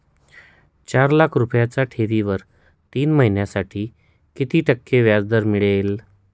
चार लाख रुपयांच्या ठेवीवर तीन महिन्यांसाठी किती टक्के व्याजदर मिळेल?